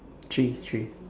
three three